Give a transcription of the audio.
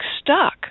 stuck